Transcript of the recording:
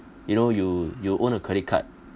you know you you own a credit card